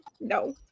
No